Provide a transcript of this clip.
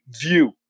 view